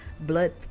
blood